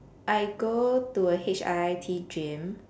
I go to a H_I_I_T gym